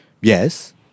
Yes